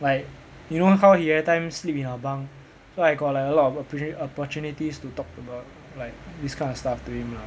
like you know how he everytime sleep in our bunk so I got like a lot of oppo~ opportunities to talk about like this kind of stuff to him lah